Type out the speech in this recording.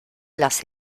las